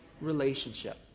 relationship